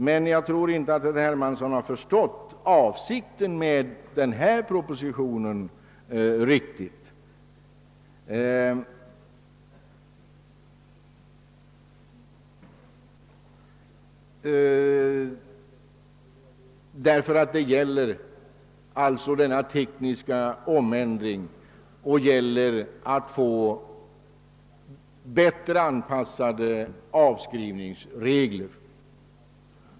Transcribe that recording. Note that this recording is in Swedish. Men jag tror inte att herr Hermansson riktigt har förstått avsikten med den aktuella propositionen, som enbart gäller en teknisk omändring i syfte att åstadkomma bättre avpassade avskrivningsregler.